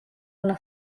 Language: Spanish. una